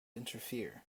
interfere